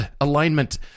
alignment